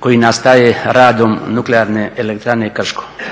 koji nastaje radom Nuklearne elektrane Krško.